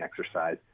exercise